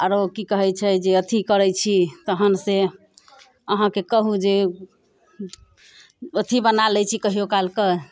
आरो कि कहै छै जे अथी करै छी तहन से अहाँके कहुँ जे अथी बना लै छी कहियो काल कऽ